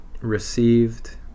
received